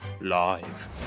Live